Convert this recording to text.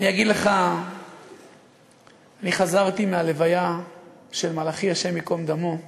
אני זוכרת אותך בתור יושב-ראש מועצה מדבר בשבחה של החטיבה להתיישבות,